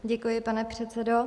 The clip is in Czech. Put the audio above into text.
Děkuji, pane předsedo.